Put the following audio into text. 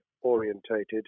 orientated